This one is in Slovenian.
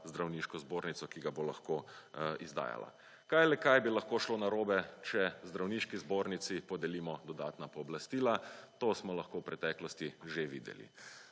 zdravniško zbornico, ki ga bo lahko izdajala. Kaj le kaj bi lahko šlo narobe, če zdravniški zbornici podelimo dodatna pooblastila? To smo lahko v preteklosti že videli.